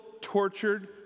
tortured